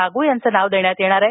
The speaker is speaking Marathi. लागू यांचे नाव देण्यात येणार आहे